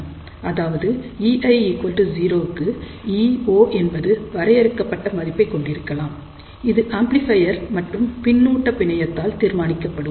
அதாவது ei0 க்கு e0 என்பது வரையறுக்கப்பட்ட மதிப்பை கொண்டிருக்கலாம் இது ஆம்ப்ளிஃபையர் மற்றும் பின்னூட்ட பிணையத்தால் தீர்மானிக்கப்படும்